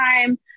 time